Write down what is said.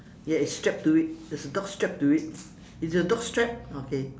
ya it's strapped to it there's a dog strapped to it is your dog strapped okay